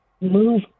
move